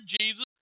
Jesus